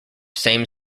same